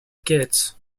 quête